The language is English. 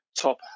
top